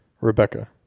Rebecca